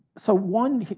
so one,